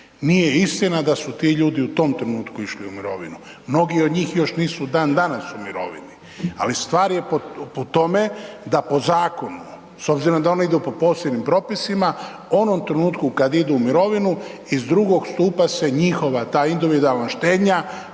Nije istina da su ti ljudi u tom trenutku išli u mirovinu, mnogi od njih još nisu dan danas u mirovini, ali stvar je po tome da po zakonu, s obzirom da ona idu po posebnim propisima, onom trenutku kad idu u mirovinu iz drugog stupa se njihova ta individualna štednja